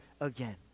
again